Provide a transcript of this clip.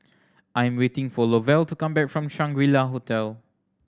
I am waiting for Lovell to come back from Shangri La Hotel